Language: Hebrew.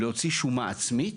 להוציא שומה עצמית